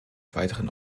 weiteren